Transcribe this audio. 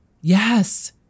Yes